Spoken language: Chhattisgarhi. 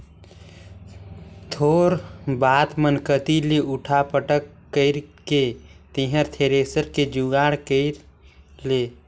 थोर बात मन कति ले उठा पटक कइर के तेंहर थेरेसर के जुगाड़ कइर ले